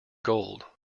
gold